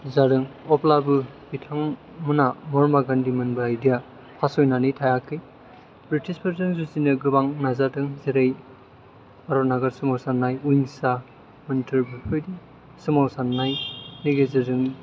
जादों अब्लाबो बिथां मोना महात्मा गान्धी मोन बायदिया फावसायनानै थायाखै बृटिसफोरजों जुजिनो गोबां नाजादों जेरै भारत नागार सोमावसारनाय अहिंसा मोनथोर बेफोरबायदि सोमावसारनायनि गेजेरजों